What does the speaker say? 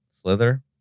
Slither